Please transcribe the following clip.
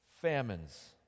famines